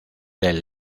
del